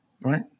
right